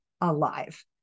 alive